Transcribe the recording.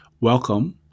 Welcome